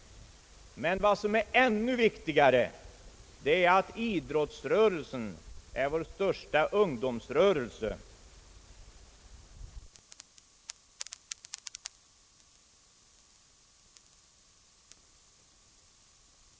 Men ännu viktigare är att idrottsrörelsen är vår största ungdomsrörelse. Vi bör då på allt sätt hjälpa till och stödja denna rörelse. Vi motionärer har här försökt peka på en ny väg. Jag ber med dessa korta ord, herr talman, att få yrka bifall till reservation b.